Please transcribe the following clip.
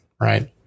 right